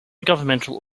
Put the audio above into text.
governmental